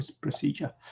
procedure